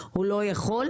הוא לא יכול?